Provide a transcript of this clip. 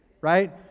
right